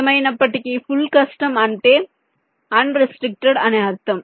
ఏమైనప్పటికీ full custom అంటే unrestricted అని అర్ధం